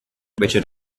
which